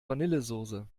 vanillesoße